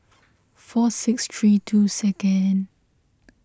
four six three two second